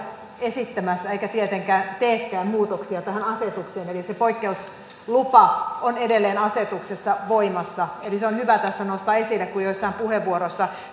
esittämässä eikä tietenkään teekään muutoksia tähän asetukseen eli se poikkeuslupa on edelleen asetuksessa voimassa se on hyvä tässä nostaa esille kun joissain puheenvuoroissa